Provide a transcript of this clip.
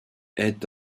est